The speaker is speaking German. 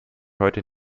heute